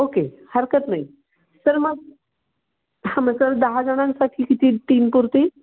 okay हरकत नाही sir मग हां मग दहा जणांसाठी किती तीन पुरतील